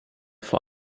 vor